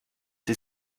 sie